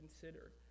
consider